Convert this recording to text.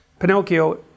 Pinocchio